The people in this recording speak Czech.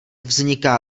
vzniká